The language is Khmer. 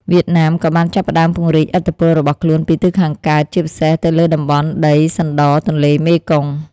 វៀតណាម ក៏បានចាប់ផ្តើមពង្រីកឥទ្ធិពលរបស់ខ្លួនពីទិសខាងកើត ជាពិសេសទៅលើតំបន់ដីសណ្ដទន្លេមេគង្គ ។